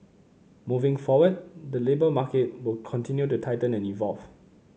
moving forward the labour market will continue to tighten and evolve